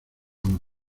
uno